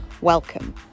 welcome